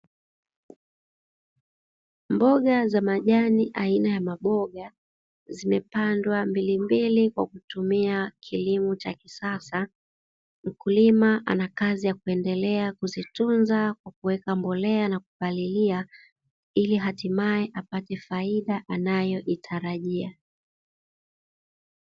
Mboga za majani aina ya maboga zimepandwa mbilimbili kwa kutumia kilimo cha kisasa, mkulima ana kazi ya kuendelea kuzitunza kwa kuwekea mbolea na kupalilia ili hatimaye apate faida anayoitarajia.